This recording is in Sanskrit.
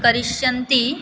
करिष्यन्ति